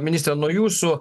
ministre nuo jūsų